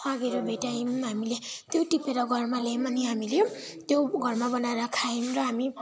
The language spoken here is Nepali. भेटायौँ हामीले त्यो टिपेर घरमा ल्यायौँ अनि हामीले त्यो घरमा बनाएर खायौँ र हामी